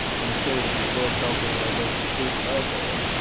until the world health organization called them out on it,